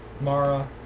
Mara